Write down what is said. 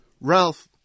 Ralph